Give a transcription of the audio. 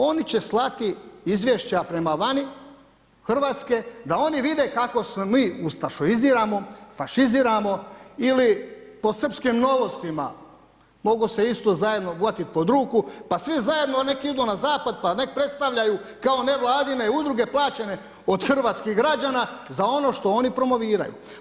Oni će slati izvješća prema vani Hrvatske da oni vide kako se mi ustašoiziramo, fašiziramo ili po srpskim Novostima mogu se isto zajedno uhvatiti pod ruku, pa svi zajedno neka idu na zapad pa neka predstavljaju kao nevladine udruge plaćene od hrvatskih građana za ono što oni promoviraju.